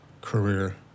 career